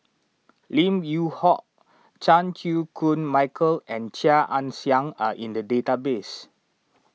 Lim Yew Hock Chan Chew Koon Michael and Chia Ann Siang are in the database